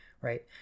Right